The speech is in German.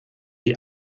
die